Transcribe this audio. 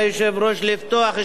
לפתוח שלוחה בגליל,